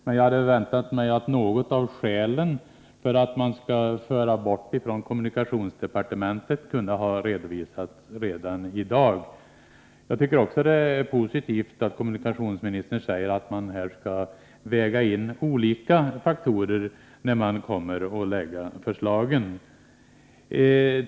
Jag hade emellertid väntat mig att något av skälen till att överföra huvudmannaskapet från kommunikationsdepartementet skulle ha redovisats redan i dag. Jag tycker också att det är positivt att kommunikationsministern säger att man kommer att väga in olika faktorer när man lägger fram förslagen.